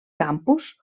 campus